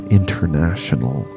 international